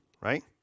right